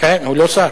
הוא לא שר.